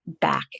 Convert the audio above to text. back